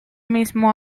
mismo